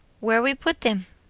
where we put them?